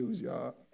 y'all